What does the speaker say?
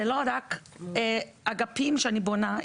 זה לא רק אגפים שאני בונה,